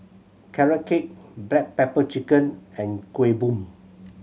Carrot Cake black pepper chicken and Kuih Bom